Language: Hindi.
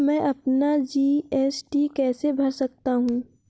मैं अपना जी.एस.टी कैसे भर सकता हूँ?